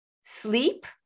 sleep